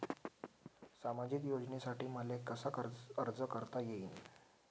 सामाजिक योजनेसाठी मले कसा अर्ज करता येईन?